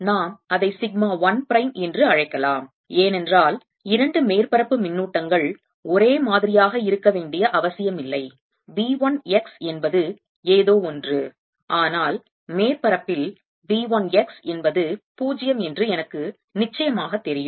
நாம் அதை sigma 1 prime என்று அழைக்கலாம் ஏனென்றால் இரண்டு மேற்பரப்பு மின்னூட்டங்கள் ஒரே மாதிரியாக இருக்க வேண்டிய அவசியமில்லை V 1 x என்பது ஏதோ ஒன்று ஆனால் மேற்பரப்பில் V 1 x என்பது 0 என்று எனக்கு நிச்சயமாகத் தெரியும்